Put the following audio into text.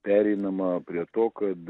pereinama prie to kad